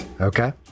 Okay